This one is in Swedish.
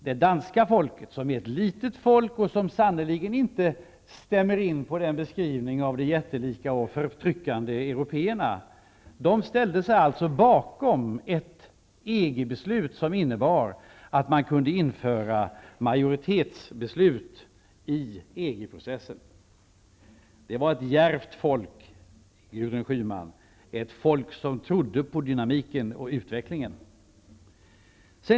Det danska folket, som är ett litet folk och som sannerligen inte stämmer in på beskrivningen av de jättelika och förtryckande européerna, ställde sig alltså bakom ett EG-beslut som innebar att man inför majoritetsbeslut i EG processen. Det var ett djärvt folk, Gudrun Schyman, ett folk som trodde på dynamiken och utvecklingen.